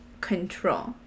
control